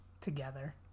together